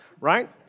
right